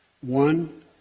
One